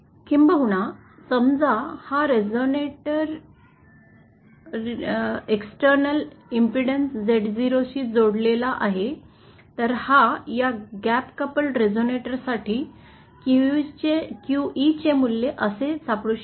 किंबहुना समजा हा रेझोनेटर एक्सटर्नल इंपेडेंस Z0 शी जोडलेला आहे तर या गॅप कपल्ड रिझोनेटरसाठी QE चे मूल्य असे सापडू शकते